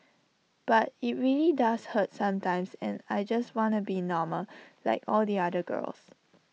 but IT really does hurt sometimes and I just wanna be normal like all the other girls